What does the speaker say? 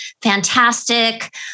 fantastic